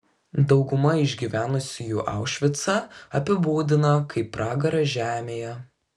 dauguma išgyvenusiųjų aušvicą apibūdiną kaip pragarą žemėje